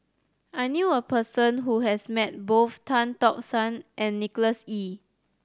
I knew a person who has met both Tan Tock San and Nicholas Ee